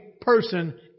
person